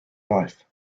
life